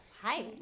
Hi